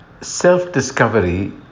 self-discovery